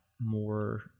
more